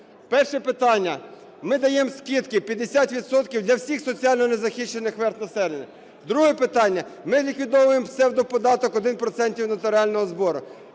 Перше питання. Ми даємо скидки 50 відсотків для всіх соціально незахищених верств населення. Друге питання. Ми ліквідовуємо псевдоподаток один процент нотаріального збору.